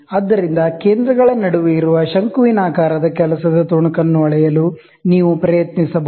ಆದ್ದರಿಂದ ಕೇಂದ್ರಗಳ ನಡುವೆ ಇರುವ ಕೊನಿಕಲ್ ವರ್ಕ್ ಪೀಸ್ ನ್ನು ಅಳೆಯಲು ನೀವು ಪ್ರಯತ್ನಿಸಬಹುದು